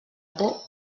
por